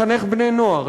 לחנך בני-נוער,